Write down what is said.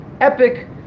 epic